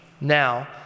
now